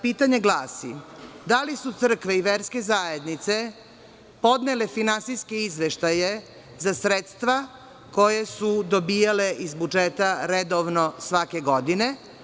Pitanje glasi – da li su crkve i verske zajednice podnele finansijske izveštaje za sredstva koja su dobijale iz budžeta redovno svake godine?